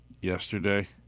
yesterday